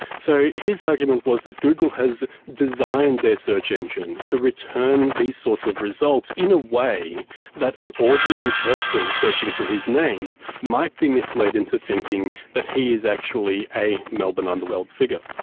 so his argument was that google has designed their search engine to return these sorts of results in a way that an ordinary person searching for his name might be misled into thinking that he is actually a melbourne underworld figure.